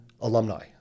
alumni